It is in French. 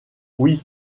oui